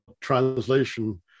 translation